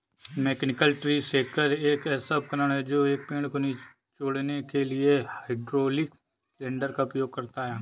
mechanical tree shaker एक ऐसा उपकरण है जो एक पेड़ को निचोड़ने के लिए हाइड्रोलिक सिलेंडर का उपयोग करता है